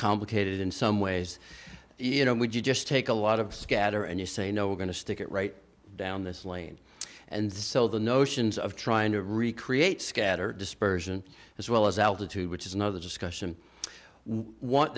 complicated in some ways you know would you just take a lot of scatter and you say no we're going to stick it right down this lane and so the notions of trying to recreate scatter dispersion as well as altitude which is another discussion want